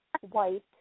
white